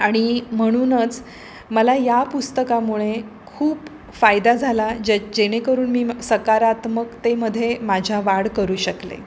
आणि म्हणूनच मला या पुस्तकामुळे खूप फायदा झाला जे जेणेकरून मी म सकारात्मकतेमध्ये माझ्या वाढ करू शकले